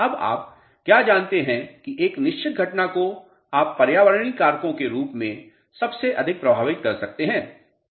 अब आप क्या जानते हैं कि एक निश्चित घटना को आप पर्यावरणीय कारकों के रूप में सबसे अधिक प्रभावित कर सकते हैं